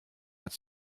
hat